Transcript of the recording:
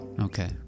Okay